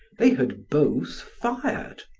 they had both fired.